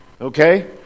Okay